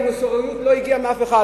המוסריות לא הגיעה מאף אחד,